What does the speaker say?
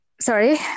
Sorry